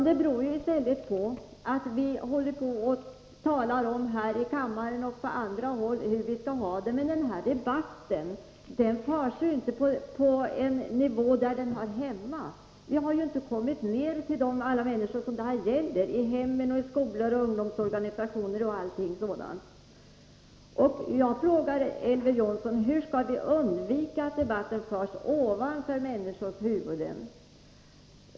Det beror i stället på att vi här i kammaren och på andra håll talar om hur vi skall ha det med den här debatten — debatten förs ju inte på den nivå där den hör hemma. Vi har inte kommit ner till alla de människor som det gäller, i hemmen, i skolorna, i ungdomsorganisationerna osv. Jag frågar Elver Jonsson: Hur skall vi undvika att debatten förs ovanför människors huvuden?